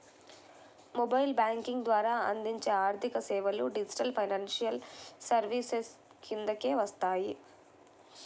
mobile banking ద్వారా అందించే ఆర్థికసేవలు డిజిటల్ ఫైనాన్షియల్ సర్వీసెస్ కిందకే వస్తాయి